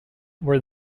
where